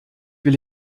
will